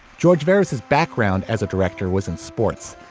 george various his background as a director was in sports,